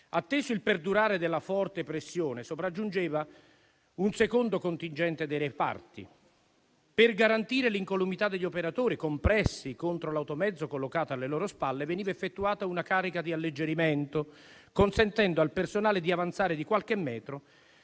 Atteso il perdurare della forte pressione, sopraggiungeva un secondo contingente dei reparti. Per garantire l'incolumità degli operatori compressi contro l'automezzo collocato alle loro spalle, veniva effettuata una carica di alleggerimento, consentendo al personale di avanzare di qualche metro